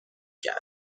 کرد